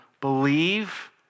believe